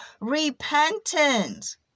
repentance